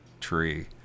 tree